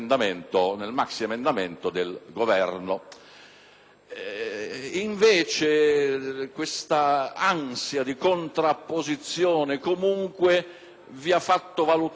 Invece, l'ansia di contrapposizione comunque vi ha fatto valutare non l'insieme di questo provvedimento,